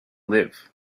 live